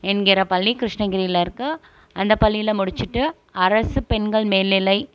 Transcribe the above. என்கிற பள்ளி கிருஷ்ணகிரியில் இருக்க அந்த பள்ளியில் முடிச்சிட்டு அரசு பெண்கள் மேல்நிலை